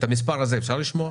את המספר הזה אפשר לשמוע?